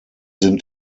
sind